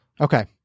Okay